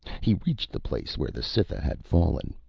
he reached the place where the cytha had fallen.